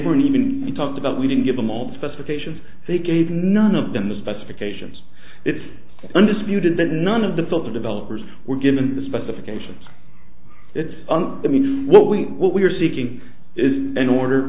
weren't even talked about we didn't give them all the specifications they gave none of them the specifications it's undisputed that none of the filter developers were given the specifications it's on i mean what we what we are seeking is in order